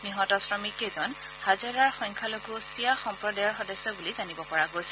নিহত শ্ৰমিককেইজন হাজাৰাৰ সংখ্যালঘু চিয়া সম্প্ৰদায়ৰ সদস্য বুলি জানিব পৰা গৈছে